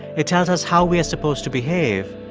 it tells us how we're supposed to behave,